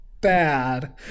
bad